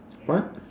what